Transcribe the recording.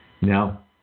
Now